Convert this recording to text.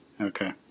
Okay